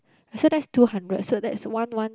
so that's two hundred so that's one one